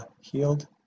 healed